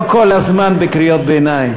לא כל הזמן בקריאות ביניים.